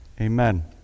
Amen